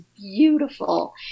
beautiful